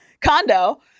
condo